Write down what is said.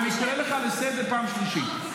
אני קורא אותך לסדר פעם שלישית.